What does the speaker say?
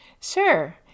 Sure